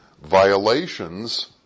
Violations